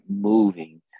moving